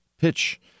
pitch